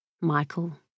Michael